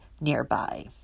nearby